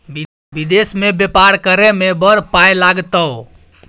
विदेश मे बेपार करय मे बड़ पाय लागतौ